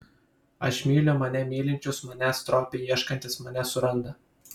aš myliu mane mylinčius manęs stropiai ieškantys mane suranda